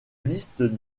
liste